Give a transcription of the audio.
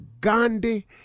Gandhi